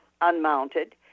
unmounted